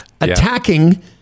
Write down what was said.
attacking